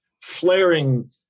flaring